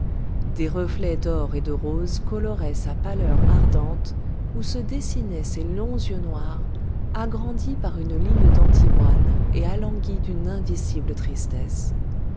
des reflets d'or et de rose coloraient sa pâleur ardente où se dessinaient ses longs yeux noirs agrandis par une ligne d'antimoine et alanguis d'une indicible tristesse